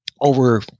over